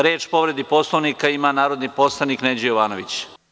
Reč po povredi Poslovnika ima narodni poslanik Neđo Jovanović.